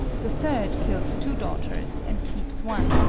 the third kills two daughters and keeps one,